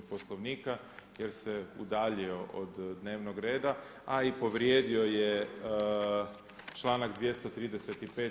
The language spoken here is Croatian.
Poslovnika jer se udaljio od dnevnog reda, a i povrijedio je članak 235.